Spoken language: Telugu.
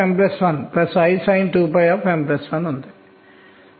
కాబట్టి ఎలక్ట్రాన్ల గరిష్ట సంఖ్య ఈ స్థాయిలో సరైన ఎలక్ట్రాన్ల సంఖ్య 2 కావచ్చు